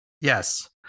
Yes